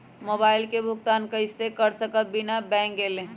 Mobile के भुगतान कईसे कर सकब बिना बैंक गईले?